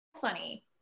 funny